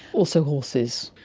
also horses.